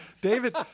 David